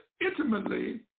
intimately